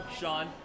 Sean